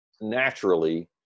naturally